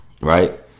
right